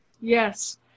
Yes